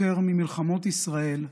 יותר ממלחמות ישראל,